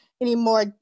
anymore